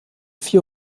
vier